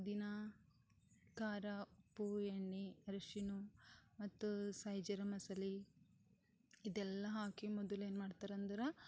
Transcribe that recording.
ದಿನಾ ಖಾರ ಉಪ್ಪು ಎಣ್ಣೆ ಅರಿಶಿಣ ಮತ್ತು ಸಾಯಿ ಜೀರ ಮಸಾಲೆ ಇದೆಲ್ಲ ಹಾಕಿ ಮೊದಲು ಏನು ಮಾಡ್ತಾರೆಂದ್ರೆ